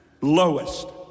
lowest